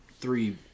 three